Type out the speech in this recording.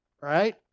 right